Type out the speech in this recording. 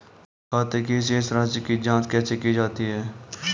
खाते की शेष राशी की जांच कैसे की जाती है?